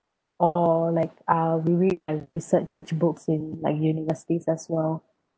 or like uh we read and researched books in like universities as well